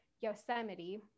Yosemite